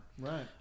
right